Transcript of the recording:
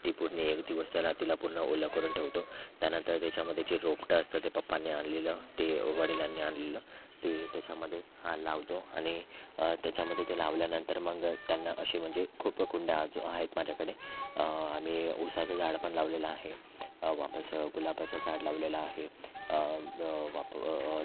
ती पूर्ण एक दिवस त्याला तिला पूर्ण ओलं करून ठेवतो त्यानंतर त्याच्यामध्ये जे रोपटं असतं ते पप्पानी आणलेलं ते वडिलांनी आणलेलं ते त्याच्यामध्ये लावतो आणि त्याच्यामध्ये ते लावल्यानंतर मग त्यांना असे म्हणजे खूप कुंड्या अजून आहेत माझ्याकडे आम्ही ऊसाचं झाड पण लावलेलं आहे वापस गुलाबाचं झाड लावलेलं आहे अजून